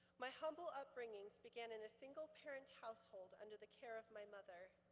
my humble upbringings began in a single parent household under the care of my mother.